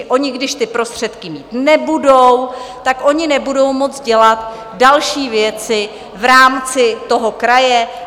Oni když ty prostředky mít nebudou, tak oni nebudou moct dělat další věci v rámci toho kraje.